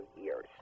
years